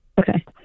Okay